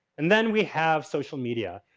and then we have social media.